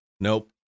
Nope